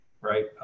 right